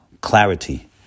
clarity